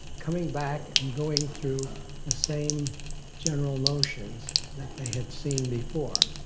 coming back and going through the same general motions that they had seen before.